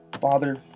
father